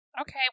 Okay